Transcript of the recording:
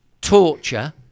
torture